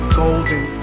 golden